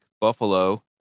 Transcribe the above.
Buffalo